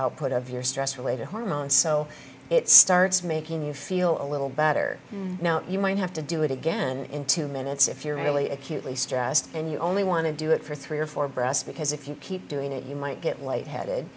output of your stress related hormone so it starts making you feel a little better now you might have to do it again in two minutes if you're really acutely stressed and you only want to do it for three or four breast because if you keep doing it you might get light headed